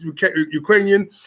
Ukrainian